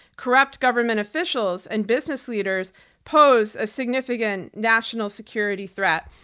corrupt government officials, and business leaders pose a significant national security threat.